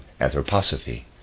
anthroposophy